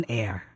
air